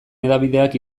hedabideak